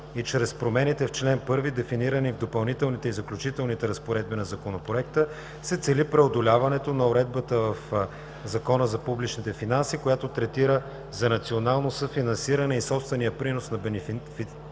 и чрез промените в чл. 1, дефинирани в Допълнителните и заключителните разпоредби на Законопроекта, се цели преодоляване на уредбата в ЗПФ, която третира за национално съфинансиране и собствения принос на бенефициентите.